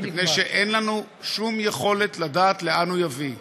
מפני שאין לנו שום יכולת לדעת לאן הוא יביא.